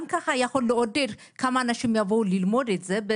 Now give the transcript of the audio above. גם ככה יכול לעודד כמה אנשים יבואו ללמוד את זה.